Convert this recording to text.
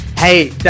Hey